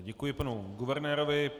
Děkuji panu guvernérovi.